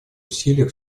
усилиях